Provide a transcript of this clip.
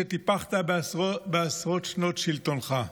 שטיפחת בעשרות שנות שלטונך.